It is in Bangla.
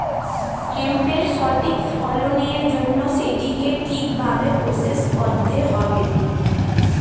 হেম্পের সঠিক ফলনের জন্য সেটিকে ঠিক ভাবে প্রসেস করতে হবে